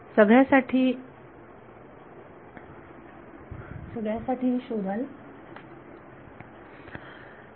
विद्यार्थी सगळ्यासाठी ही शोधाल